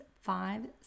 five